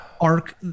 arc